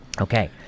Okay